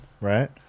right